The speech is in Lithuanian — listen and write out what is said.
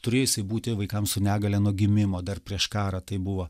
turėjo jisai būti vaikams su negalia nuo gimimo dar prieš karą tai buvo